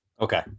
okay